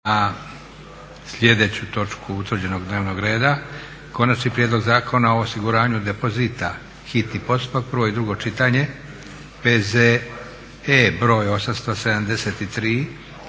na sljedeću točku utvrđenog dnevnog reda: - Konačni prijedlog zakona o osiguranju depozita, hitni postupak, prvo i drugo čitanje, P.Z.E. br. 873.